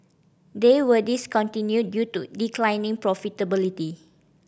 they were discontinued due to declining profitability